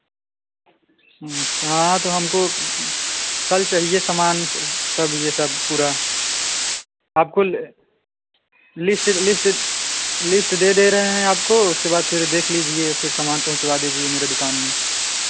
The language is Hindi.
अच्छा हाँ हाँ हमको कल चाहिए सामान स सब यह सब पूरा आप कुल लिस्ट लिस्ट लिस्ट दे दे रहे हैं आपको उसके बाद फिर देख लीजिए फिर सामान पहुँचवा दीजिए मेरे दुकान में